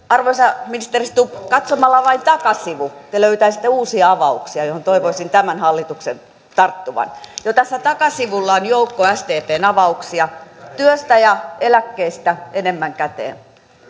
arvoisa ministeri stubb katsomalla vain takasivun te löytäisitte uusia avauksia joihin toivoisin tämän hallituksen tarttuvan jo tässä takasivulla on joukko sdpn avauksia työstä ja eläkkeestä enemmän käteen